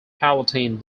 palatine